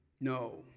No